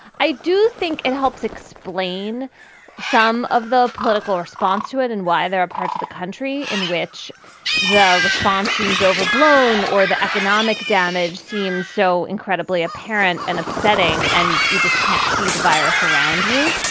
i do think it helps explain some of the political response to it and why there are parts of the country in which the response seems overblown or the economic damage seems so incredibly apparent and upsetting and you just can't see the virus around you.